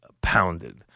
pounded